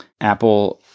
Apple